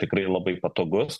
tikrai labai patogus